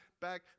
back